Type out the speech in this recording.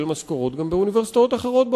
משכורות גם באוניברסיטאות אחרות בעולם,